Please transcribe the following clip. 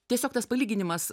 tiesiog tas palyginimas